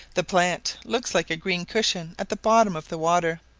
the plant looks like a green cushion at the bottom of the water.